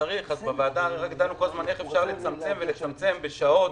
בוועדה דנו כל הזמן איך אפשר לצמצם ולצמצם בשעות,